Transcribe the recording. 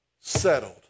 settled